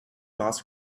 moss